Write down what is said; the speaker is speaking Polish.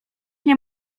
nie